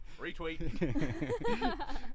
retweet